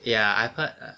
ya I heard